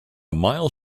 mile